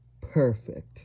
Perfect